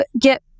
get